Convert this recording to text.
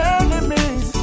enemies